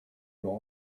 law